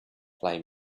play